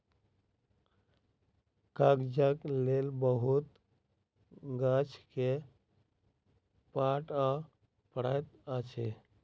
कागजक लेल बहुत गाछ के काटअ पड़ैत अछि